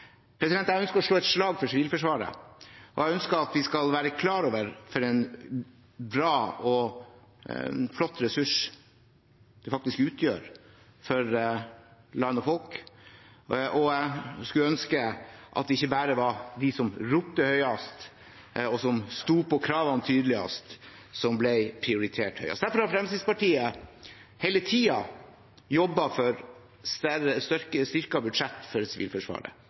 Jeg ønsker å slå et slag for Sivilforsvaret, og jeg ønsker at vi skal være klar over hvilken bra og flott ressurs det faktisk utgjør for land og folk, og jeg skulle ønske at det ikke bare var de som ropte høyest, og de som sto på kravene tydeligst, som ble prioritert høyest. Derfor har Fremskrittspartiet hele tiden jobbet for et styrket budsjett for Sivilforsvaret,